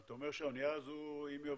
אבל אתה אומר שאם האנייה הזאת עובדת